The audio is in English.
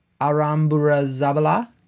aramburazabala